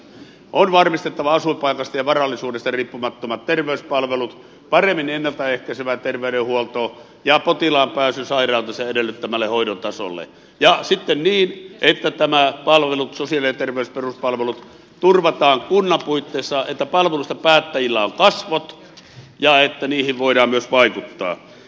on varmistettava asuinpaikasta ja varallisuudesta riippumattomat terveyspalvelut paremmin ennalta ehkäisevä terveydenhuolto ja potilaan pääsy sairautensa edellyttämälle hoidon tasolle ja sitten niin että nämä palvelut sosiaali ja terveys peruspalvelut turvataan kunnan puitteissa että palveluista päättävillä on kasvot ja että niihin voidaan myös vaikuttaa